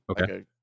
Okay